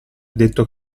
detto